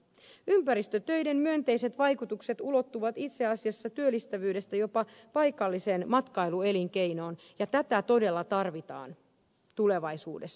ympäristötöiden myönteiset vaikutukset ulottuvat itse asiassa työllistävyydestä jopa paikalliseen matkailuelinkeinoon ja tätä todella tarvitaan tulevaisuudessa